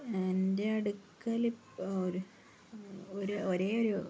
എൻ്റെ അടുക്കൽ ഇപ്പോൾ ഒരു ഒരു ഒരേ ഒരു